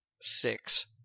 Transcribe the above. Six